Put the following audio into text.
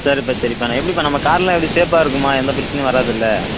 சரிப்பா சரிப்பா ந எப்படிப்பா நம்ம கார்லாம் எப்படி சேஃபாக இருக்குமா எந்த பிரச்சனையும் வராதில்ல